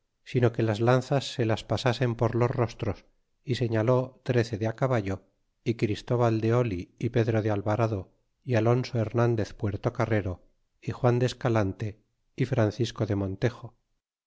sino que las lanzas se las pasasen por los rostros y señaló trece de caballo y cristóval de oli y pedro de alvarado y alonso hernandez puertocarrero y juan de escalante y francisco de montejo